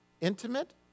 intimate